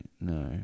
No